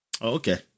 Okay